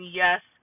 yes